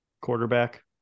quarterback